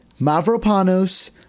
Mavropanos